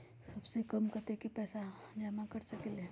सबसे कम कतेक पैसा जमा कर सकेल?